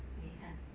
喂你看